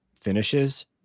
finishes